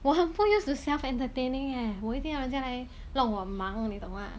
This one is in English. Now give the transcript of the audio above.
我很不 used to self entertaining eh 我一定要人家来弄我忙你懂吗